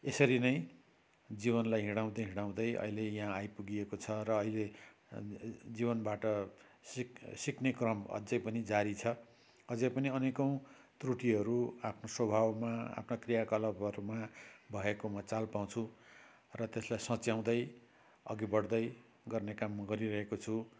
यसरी नै जीवनलाई हिँडाउँदा हिँडाउँदै अहिले यहाँ आइपुगिएको छ र अहिले जीवनबाट सिक् सिक्ने क्रम अझै पनि जारी छ अझै पनि अनेकौँ त्रुटिहरू आफ्नो स्वभावमा आफ्ना क्रियाकलापहरूमा भएको म चाल पाउँछु र त्यसलाई सच्याउँदै अघि बढ्दै गर्ने काम म गरिरहेको छु